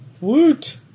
Woot